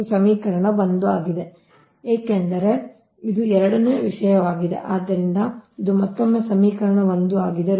ಇದು ಸಮೀಕರಣ 1 ಆಗಿದೆ ಏಕೆಂದರೆ ಇದು ಎರಡನೇ ವಿಷಯವಾಗಿದೆ ಆದ್ದರಿಂದ ಇದು ಮತ್ತೊಮ್ಮೆ ಸಮೀಕರಣ 1 ಆಗಿದೆ